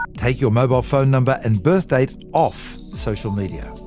take your mobile phone number and birthdate off social media.